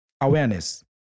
awareness